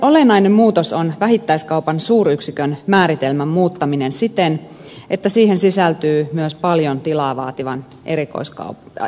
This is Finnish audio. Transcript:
olennainen muutos on vähittäiskaupan suuryksikön määritelmän muuttaminen siten että siihen sisältyy myös paljon tilaa vaativan erikoistavaran kauppa